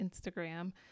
Instagram